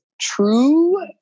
true